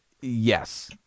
Yes